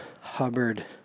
Hubbard